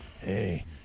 hey